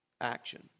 action